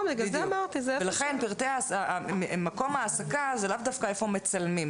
לכן אמרתי -- לכן מקום ההעסקה זה לאו דווקא איפה מצלמים.